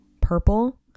purple